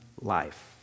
life